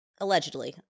Allegedly